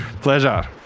Pleasure